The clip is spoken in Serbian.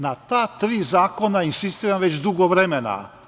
Na ta tri zakona insistiram već dugo vremena.